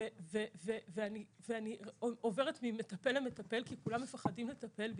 אני עוברת ממטפל למטפל, כי כולם מפחדים לטפל בי.